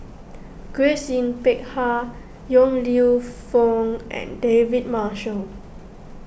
Grace Yin Peck Ha Yong Lew Foong and David Marshall